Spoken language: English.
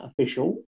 official